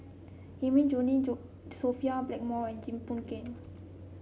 Hilmi Sophia Blackmore and Jim Boon Keng